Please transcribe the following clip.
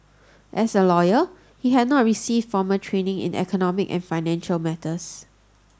as a lawyer he had not received formal training in economic and financial matters